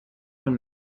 von